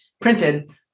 printed